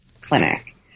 clinic